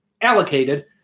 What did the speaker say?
allocated